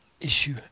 Issue